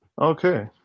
Okay